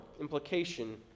implication